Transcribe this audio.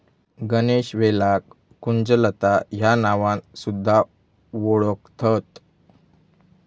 गणेशवेलाक कुंजलता ह्या नावान सुध्दा वोळखतत